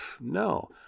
no